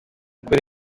ukora